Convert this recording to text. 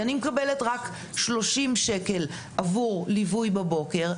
אני מקבלת רק 30 שקל עבור ליווי בבוקר,